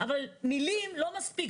אבל מילים לא מספיק,